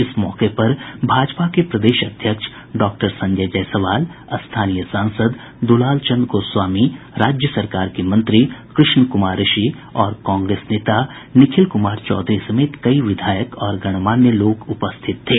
इस मौके पर भाजपा के प्रदेश अध्यक्ष संजय जायसवाल स्थानीय सांसद दुलालचंद गोस्वामी राज्य सरकार के मंत्री कृष्ण कुमार ऋषि और कांग्रेस नेता निखिल कुमार चौधरी समेत कई विधायक और गणमान्य लोग उपस्थित थे